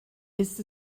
ist